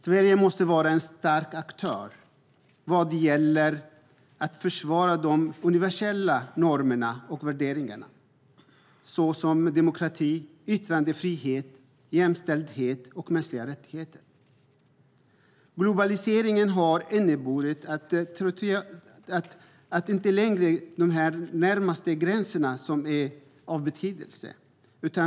Sverige måste vara en stark aktör vad gäller att försvara de universella normerna och värderingarna, såsom demokrati, yttrandefrihet, jämställdhet och mänskliga rättigheter. Globaliseringen har inneburit att territoriella gränser får allt mindre betydelse.